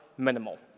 minimal